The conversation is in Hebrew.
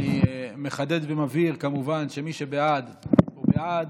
אני מחדד ומבהיר, כמובן, שמי שבעד הוא בעד,